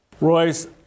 Royce